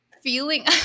Feeling